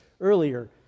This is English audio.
earlier